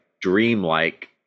dreamlike